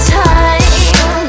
time